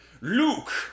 Luke